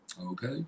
Okay